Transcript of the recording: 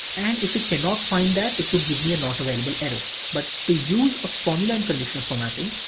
and if it cannot find that it will give me a not available error. but to use a formula in conditional formatting,